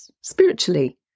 spiritually